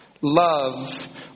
Love